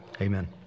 Amen